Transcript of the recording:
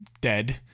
dead